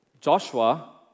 Joshua